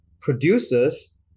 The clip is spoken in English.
producers